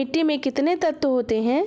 मिट्टी में कितने तत्व होते हैं?